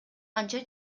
анча